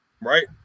right